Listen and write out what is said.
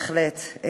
בהחלט.